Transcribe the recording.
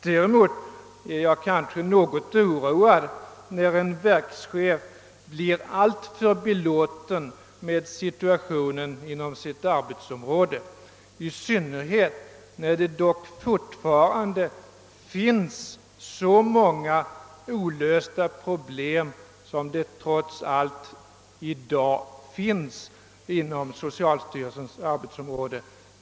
Däremot är jag något oroad när en verkschef blir alltför belåten med situationen inom sitt arbetsom råde, i synnerhet när det fortfarande finns så många olösta problem som det trots allt i dag finns inom socialstyrelsens arbetsområde.